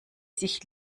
sich